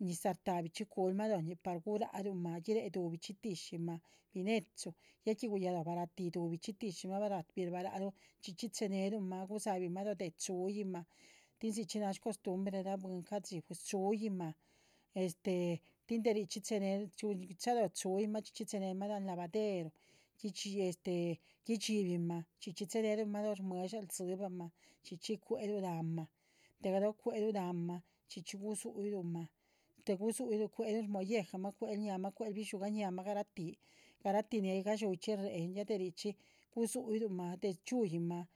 ñiza rta´bichi culuma lonh par guraruma guiré dubichí tixchima, binexchu ya que barati dubichi tixchima, chxíxhi cheneruma sabima lo deh xhuima, tin sicxhí na costumbrera buiinn- ca´dxi xhuíma, este tin dericxhí cheneruma lanh lavaderu chxíchi guidxibima chxíchi cheneruma chxíbama losh muesharu, chxíchi cueru lan´ma, galoh cuelú lan´ma gusuiruma, cueru mollejama. cuelu ñama, bushugañama, gaxhetí, garati tin hay gashuicxhi reen, ya de ricxhi gusuiruma gaxhetín.